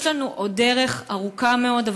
יש לנו עוד דרך ארוכה מאוד,